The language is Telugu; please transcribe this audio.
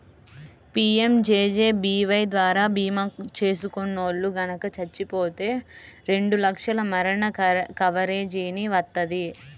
పీయంజేజేబీవై ద్వారా భీమా చేసుకున్నోల్లు గనక చచ్చిపోతే రెండు లక్షల మరణ కవరేజీని వత్తది